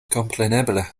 kompreneble